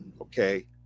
Okay